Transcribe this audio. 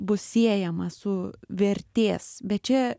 bus siejama su vertės bet čia